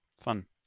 fun